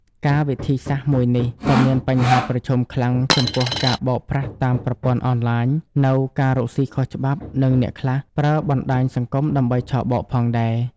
ការវិធីសាស្រ្តមួយនេះក៏មានបញ្ហាប្រឈមខ្លាំងចំពោះការបោកប្រាស់តាមប្រព័ន្ធអនឡាញនៅការរកសុីខុសច្បាប់និងអ្នកខ្លះប្រើបណ្តាញសង្គមដើម្បីឆបោកផងដែរ។